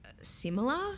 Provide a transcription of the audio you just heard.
similar